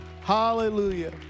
Hallelujah